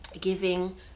giving